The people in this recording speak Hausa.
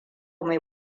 mai